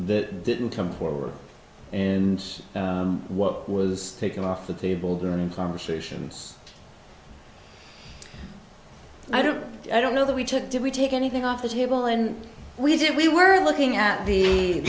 that didn't come forward and what was taken off the table during conversations i don't i don't know that we took did we take anything off the table and we said we were looking at the